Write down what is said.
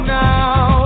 now